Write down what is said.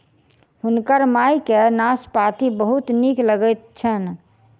हुनकर माई के नाशपाती बहुत नीक लगैत छैन